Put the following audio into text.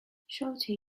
shawty